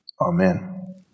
Amen